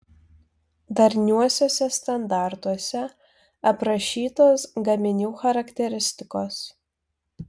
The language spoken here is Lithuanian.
darniuosiuose standartuose aprašytos gaminių charakteristikos